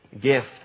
gift